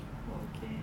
okay